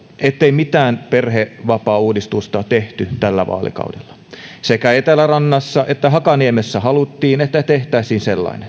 ettei mitään perhevapaauudistusta tehty tällä vaalikaudella sekä etelärannassa että hakaniemessä haluttiin että tehtäisiin sellainen